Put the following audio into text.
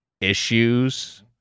issues